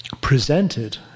presented